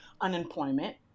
unemployment